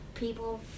people